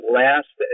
last